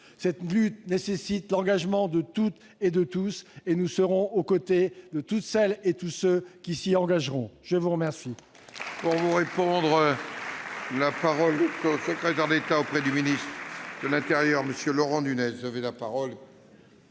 Cette lutte nécessite l'engagement de toutes et de tous, et nous serons aux côtés de toutes celles et de tous ceux qui s'y engageront. La parole